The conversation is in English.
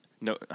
No